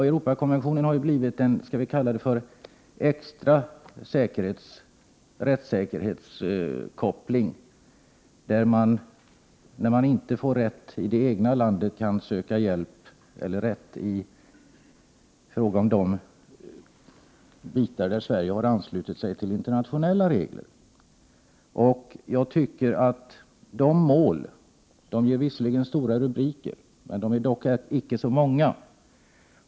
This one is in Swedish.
Europakonventionen har ju kommit att bli en, låt mig säga, extra rättssäkerhetsinstans, där man när man inte får rätt i det egna landet kan söka rätt när det gäller de delar där Sverige har anslutit sig till internationella regler. Dessa mål ger visserligen stora rubriker, men de är dock inte så många.